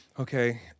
Okay